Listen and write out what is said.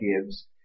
gives